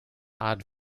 odd